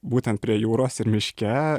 būtent prie jūros ir miške